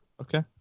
Okay